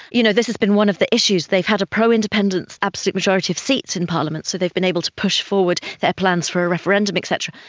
you know this has been one of the issues, they've had a pro-independent absolute majority of seats in parliament so there been able to push forward their plans for a referendum et cetera,